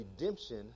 redemption